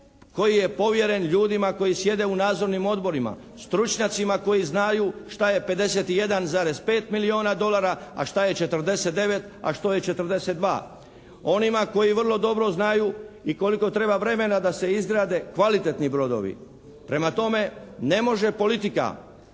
koji je povjeren ljudima koji sjede u nadzornim odborima, stručnjacima koji znaju šta je 51,5 milijuna dolara a šta je 49 a što je 42., onima koji vrlo dobro znaju i koliko treba vremena da se izgrade kvalitetni brodovi. Prema tome, ne može politika